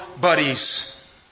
buddies